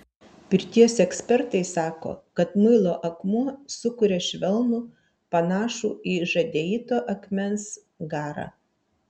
pirties ekspertai sako kad muilo akmuo sukuria švelnų panašų į žadeito akmens garą